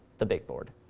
the big board.